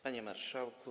Panie Marszałku!